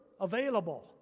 available